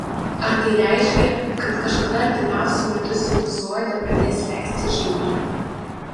ar tai reiškia kad kažkada artimiausiu metu sinusoidė pradės leistis žemyn